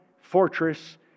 fortress